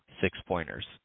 six-pointers